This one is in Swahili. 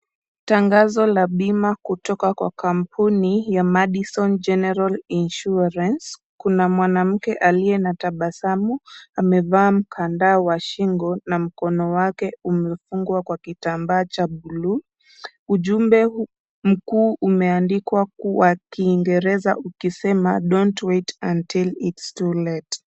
Tangazo ya bima kutoka kwa kampuni ya Madison General Insurance. Kuna mwanamke aliye na tabasamu amevaa mkandaa wa shingo na mkono wake umefungwa kwa kitambaa cha buluu. Ujumbe mkuu umeandikwa kwa kiingereza ukisema don't wait until it's too late .